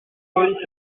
feuilles